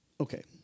Okay